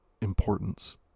Importance